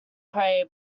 pray